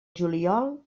juliol